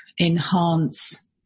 enhance